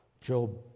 Job